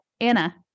Anna